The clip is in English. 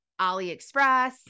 AliExpress